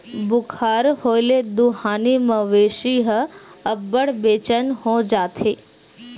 बुखार होए ले दुहानी मवेशी ह अब्बड़ बेचैन हो जाथे